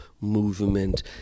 movement